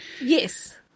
Yes